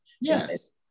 Yes